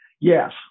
Yes